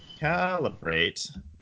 Calibrate